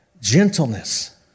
gentleness